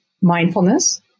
mindfulness